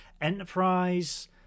Enterprise